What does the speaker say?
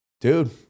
dude